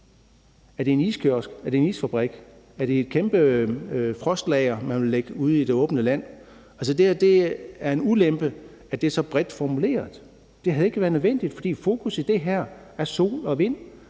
Er det en iskiosk, er det en isfabrik, er det et kæmpe frostlager, man vil lægge ude i det åbne land? Altså, det er en ulempe, at det er så bredt formuleret. Det havde ikke været nødvendigt, for fokus i det her er på energi